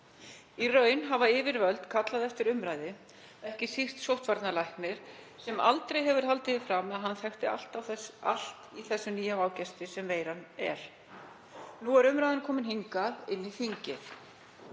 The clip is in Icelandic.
Í raun hafa yfirvöld kallaði eftir umræðu, ekki síst sóttvarnalæknir sem aldrei hefur haldið því fram að hann þekki alltaf allt í þeim nýja vágesti sem veiran er. Nú er umræðan komin hingað inn í þingið.